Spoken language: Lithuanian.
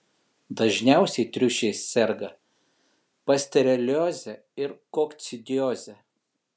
dažniausiai triušiai serga pasterelioze ir kokcidioze